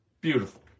Beautiful